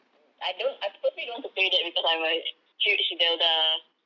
I don't I purposely don't want to play that because I'm a huge zelda